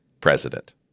president